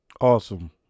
Awesome